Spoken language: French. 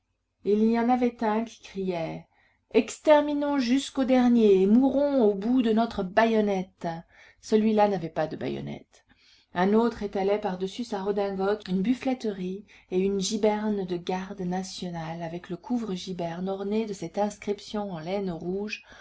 il y en avait un qui criait exterminons jusqu'au dernier et mourons au bout de notre bayonnette celui-là n'avait pas de bayonnette un autre étalait par-dessus sa redingote une buffleterie et une giberne de garde national avec le couvre giberne orné de cette inscription en laine rouge